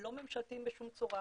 לא ממשלתיים בשום צורה,